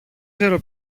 ξέρω